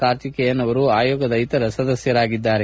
ಕಾರ್ತಿಕೇಯನ್ ಅವರು ಆಯೋಗದ ಇತರ ಸದಸ್ಯರಾಗಿದ್ದಾರೆ